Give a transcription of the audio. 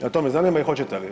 Evo to me zanima i hoćete li?